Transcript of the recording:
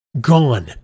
gone